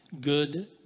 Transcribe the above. Good